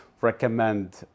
recommend